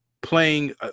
playing